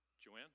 Joanne